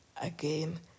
again